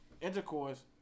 intercourse